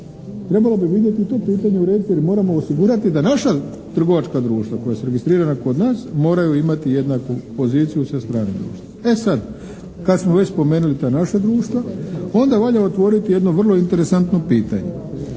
Trebalo bi vidjeti i to pitanje urediti jer moramo osigurati da naša trgovačka društva koja su registrirana kod nas moraju imati jednaku poziciju s te strane društva. E sad kad smo već spomenuli ta naša društva onda valja otvoriti jedno vrlo interesantno pitanje.